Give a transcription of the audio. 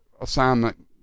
assignment